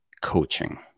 coaching